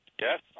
Yes